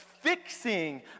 Fixing